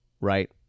right